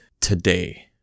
today